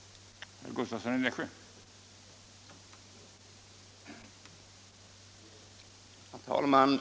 från beredningsgruppen avseende